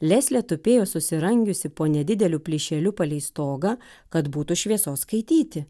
leslė tupėjo susirangiusi po nedideliu plyšeliu palei stogą kad būtų šviesos skaityti